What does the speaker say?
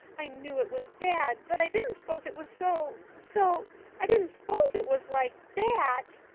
i knew it was bad, but i didn't s'pose it was so so i didn't s'pose it was like that.